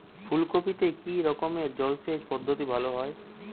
ফুলকপিতে কি রকমের জলসেচ পদ্ধতি ভালো হয়?